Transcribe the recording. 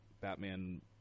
Batman